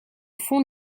fond